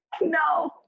No